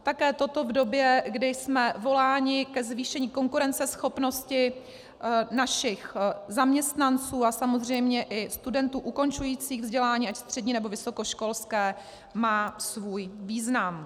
Také toto v době, kdy jsme voláni ke zvýšení konkurenceschopnosti našich zaměstnanců a samozřejmě i studentů ukončujících vzdělání ať střední, nebo vysokoškolské, má svůj význam.